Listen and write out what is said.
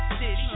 City